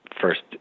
first